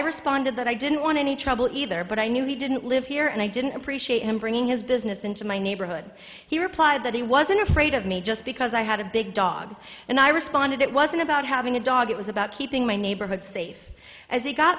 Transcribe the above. responded that i didn't want any trouble either but i knew he didn't live here and i didn't appreciate him bringing his business into my neighborhood he replied that he wasn't afraid of me just because i had a big dog and i responded it wasn't about having a dog it was about keeping my neighborhood safe as he got